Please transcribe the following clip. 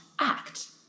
Act